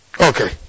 Okay